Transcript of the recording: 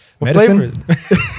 medicine